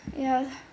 ya